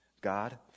God